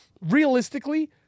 realistically